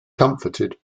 comforted